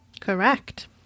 Correct